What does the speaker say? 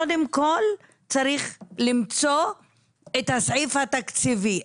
קודם כל צריך למצוא את הסעיף התקציבי,